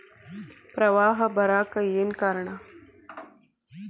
ಪ್ರವಾಹ ಬರಾಕ್ ಏನ್ ಕಾರಣ?